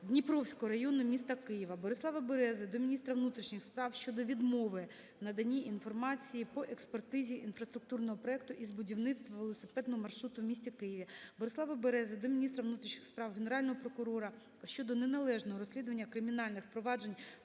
Дніпровського району міста Києва. Борислава Берези до міністра внутрішніх справ щодо відмови в наданні інформації по експертизі інфраструктурного проекту із будівництва велосипедного маршруту у місті Києві. Борислава Берези до міністра внутрішніх справ, Генерального прокурора щодо неналежного розслідування кримінальних проваджень